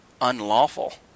unlawful